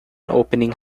opening